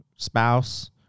spouse